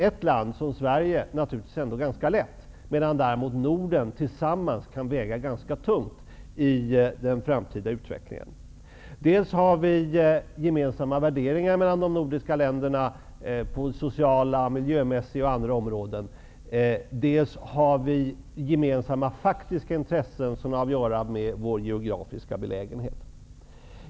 Ett land som Sverige väger naturligtvis ganska lätt, medan däremot de nordiska länderna tillsammans kan väga ganska tungt. Vi har i de nordiska länderna gemensamma värderingar på det sociala området, på miljöområdet och på andra områden. Vi har också faktiska gemensamma intressen, som har att göra med vår geografiska belägenhet.